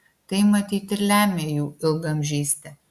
tai matyt ir lemia jų ilgaamžystę